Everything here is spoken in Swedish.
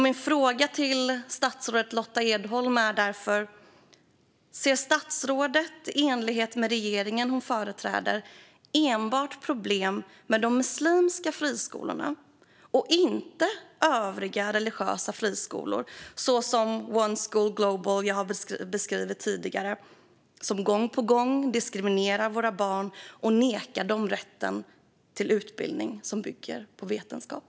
Min fråga till statsrådet Lotta Edholm är därför: Ser statsrådet i enlighet med regeringen hon företräder enbart problem med de muslimska friskolorna och inte med övriga religiösa friskolor såsom Oneschool Global som jag tidigare beskrev och som gång på gång diskriminerar våra barn och nekar dem rätten till en utbildning som bygger på vetenskap?